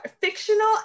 fictional